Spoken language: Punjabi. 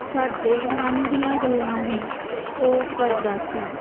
ਸਾਡੇ ਮਨ ਦੀਆਂ ਗੱਲਾਂ ਵੀ ਉਹ ਕਰਦਾ ਸੀ